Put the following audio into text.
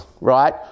right